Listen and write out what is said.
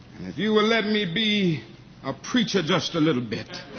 if you will let me be a preacher just a little bit.